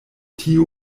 tiu